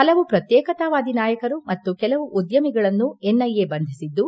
ಹಲವು ಪ್ರತ್ಯೇಕತಾವಾದಿ ನಾಯಕರು ಮತ್ತು ಕೆಲವು ಉದ್ಯಮಿಗಳನ್ನು ಎನ್ಐಎ ಬಂಧಿಸಿದ್ದು